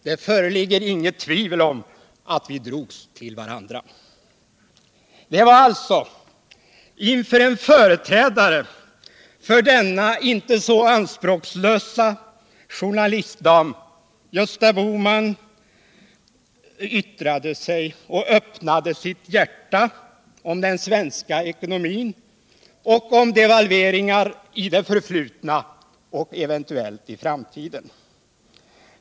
Det föreligger inget tvivel om att vi drogs till varandra.” Det var alltså inför en företrädare för denna inte så anspråkslösa journalist som Gösta Bohman yttrade sig och öppnade sitt hjärta om den svenska ekonomin och om devalveringar i det förflutna och eventuellt i framtiden.